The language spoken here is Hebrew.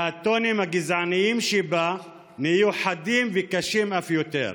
והטונים הגזעניים שבה נהיו חדים וקשים אף יותר.